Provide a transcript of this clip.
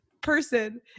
person